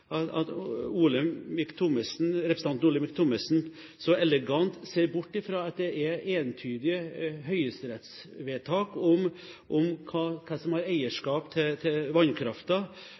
overrasker meg jo at representanten Olemic Thommessen så elegant ser bort fra at det er entydige høyesterettsvedtak om hvem som har eierskapet til